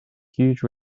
huge